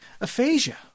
aphasia